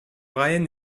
brian